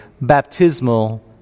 baptismal